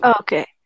Okay